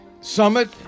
Summit